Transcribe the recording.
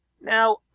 Now